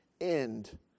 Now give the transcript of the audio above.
end